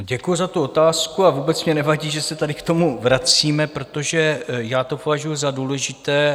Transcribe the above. Děkuji za tu otázku a vůbec mně nevadí, že se tady k tomu vracíme, protože já to považuji za důležité.